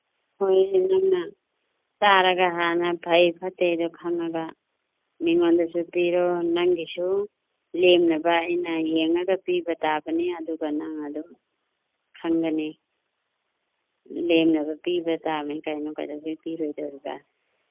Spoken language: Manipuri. ꯍꯣꯏ ꯅꯪꯅ ꯆꯥꯔꯒ ꯍꯥꯟꯅ ꯐꯩ ꯐꯠꯇꯦꯗꯨ ꯈꯪꯉꯒ ꯃꯤꯉꯣꯟꯗꯁꯨ ꯄꯤꯔꯣ ꯅꯪꯒꯤꯁꯨ ꯂꯦꯝꯅꯕ ꯑꯩꯅꯁꯨ ꯌꯦꯡꯉꯒ ꯄꯤꯕ ꯇꯥꯕꯅꯤ ꯑꯗꯨꯒ ꯅꯪ ꯑꯗꯨꯝ ꯈꯪꯒꯅꯤ ꯂꯦꯝꯅꯕ ꯄꯤꯕ ꯇꯥꯕꯅꯤ ꯀꯩꯅꯣ ꯀꯩꯗꯧꯕꯒꯤ ꯄꯤꯔꯣꯏꯗꯣꯔꯤꯕ